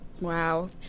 Wow